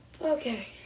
Okay